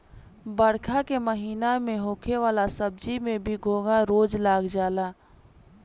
बरखा के महिना में होखे वाला सब्जी में भी घोघा रोग लाग जाला